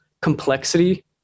complexity